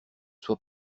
sois